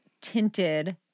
tinted